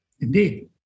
Indeed